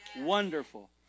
wonderful